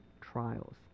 trials